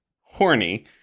horny